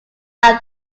are